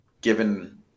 given